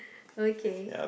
okay